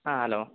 ಹಾಂ ಅಲೋ